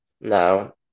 no